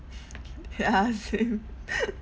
ya same